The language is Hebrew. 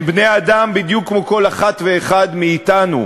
הם בני-אדם בדיוק כמו כל אחת ואחד מאתנו,